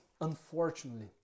unfortunately